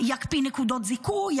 יקפיא נקודות זיכוי,